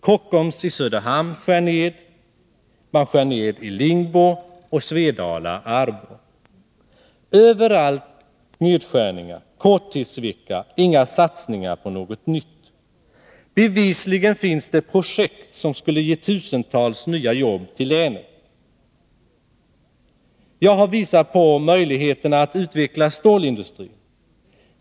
Kockums i Söderhamn skär ned, man skär ned i Lingbo och Svedala Arbrå. Överallt nedskärningar, korttidsvecka, inga satsningar på något nytt. Bevisligen finns det projekt som skulle ge tusentals nya jobb till länet. Jag har visat på möjligheterna att utveckla stålindustrin.